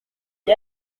d’y